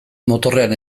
motorrean